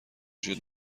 جود